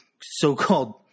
so-called